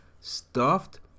Stuffed